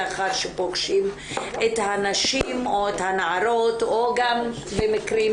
לאחר שפוגשים את הנשים או את הנערות או גם במקרים